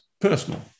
personal